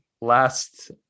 last